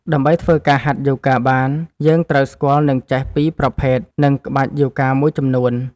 ដើម្បីធ្វើការហាត់យូហ្គាបានយើងត្រូវស្គាល់ និងចេះពីប្រភេទ និងក្បាច់យូហ្គាមួយចំនួន។